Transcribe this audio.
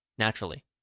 naturally